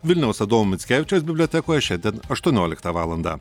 vilniaus adomo mickevičiaus bibliotekoje šiandien aštuonioliktą valandą